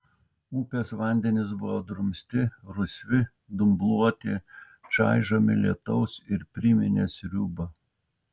upės vandenys buvo drumsti rusvi dumbluoti čaižomi lietaus ir priminė sriubą